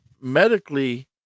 medically